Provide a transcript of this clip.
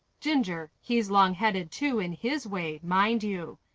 ginger, he's long-headed, too, in his way mind you.